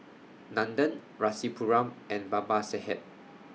Nandan Rasipuram and Babasaheb